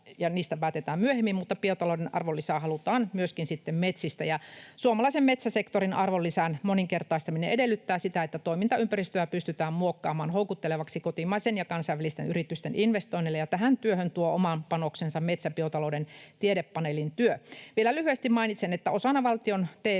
toimenpiteistä päätetään myöhemmin, mutta biotalouden arvonlisää halutaan myöskin sitten metsistä. Suomalaisen metsäsektorin arvonlisän moninkertaistaminen edellyttää, että toimintaympäristöä pystytään muokkaamaan houkuttelevaksi kotimaisten ja kansainvälisten yritysten investoinneille, ja tähän työhön tuo oman panoksensa metsäbiotalouden tiedepaneelin työ. Vielä lyhyesti mainitsen, että osana valtion